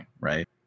right